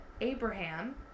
Abraham